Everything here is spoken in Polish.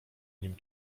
nim